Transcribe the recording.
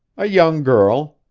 a young girl.